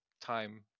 time